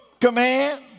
command